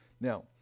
Now